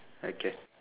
light can